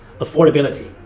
Affordability